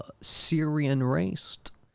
Syrian-raced